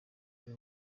ari